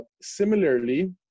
Similarly